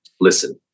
listen